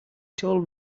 told